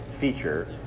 feature